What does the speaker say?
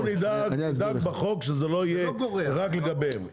אנחנו נדאג בחוק שזה לא יהיה רק לגביהם.